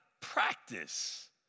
practice